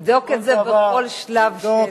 נבדוק את זה בכל שלב של,